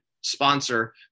sponsor